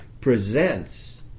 presents